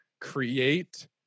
create